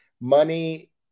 money